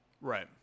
Right